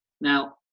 Now